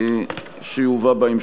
יובא בהמשך.